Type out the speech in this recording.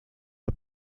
are